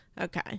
Okay